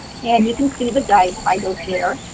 and you can see the guide titles there.